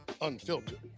unfiltered